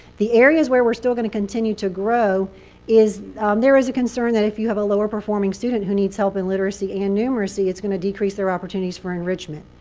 the areas where we're still going to continue to grow is there is a concern that if you have a lower performing student who needs help in literacy and numeracy, it's going to decrease their opportunities for enrichment.